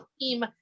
Team